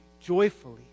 joyfully